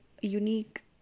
unique